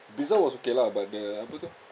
pizza was okay lah but the burger